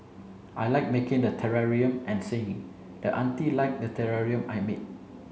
I like making the terrarium and singing and the auntie liked the terrarium I made